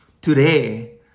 today